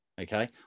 Okay